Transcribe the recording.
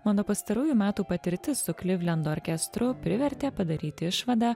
mano pastarųjų metų patirtis su klivlendo orkestru privertė padaryt išvadą